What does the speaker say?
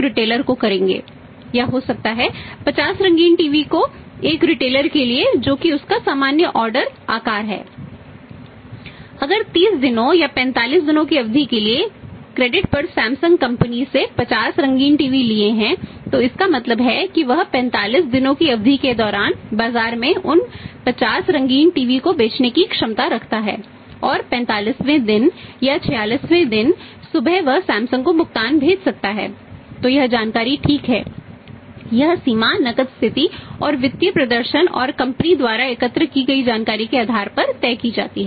अगर 30 दिनों या 45 दिनों की अवधि के लिए क्रेडिट द्वारा एकत्र की गई जानकारी के आधार पर तय की जाती है